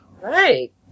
Right